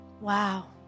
Wow